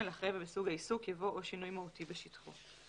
אחרי "סוג העיסוק" יבוא "או שינוי מהותי בשטחו".